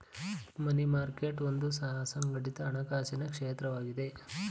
ಮನಿ market ಒಂದು ಅಸಂಘಟಿತ ಹಣಕಾಸಿನ ಕ್ಷೇತ್ರವಾಗಿದೆ